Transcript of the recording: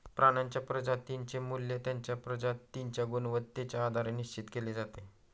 प्राण्यांच्या प्रजातींचे मूल्य त्यांच्या प्रजातींच्या गुणवत्तेच्या आधारे निश्चित केले जाते